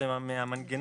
אבל למה לעשות